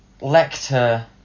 Lecter